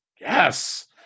Yes